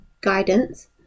guidance